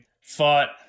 fought